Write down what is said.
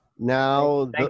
Now